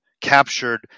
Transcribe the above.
captured